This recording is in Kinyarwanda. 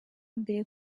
mbere